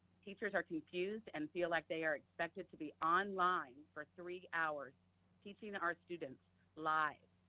teachers are confused and feel like they are but to to be online for three hours teaching our students live.